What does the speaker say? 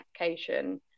application